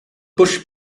bush